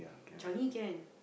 Changi can